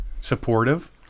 supportive